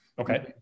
Okay